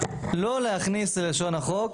לא להכניס ללשון החוק